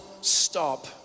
stop